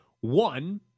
One